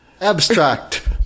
Abstract